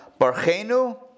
Barchenu